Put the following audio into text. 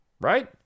right